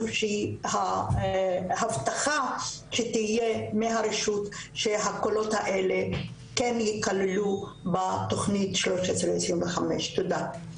שההבטחה שתהיה מהרשות שהקולות האלה כן ייכללו בתוכנית 1325. תודה.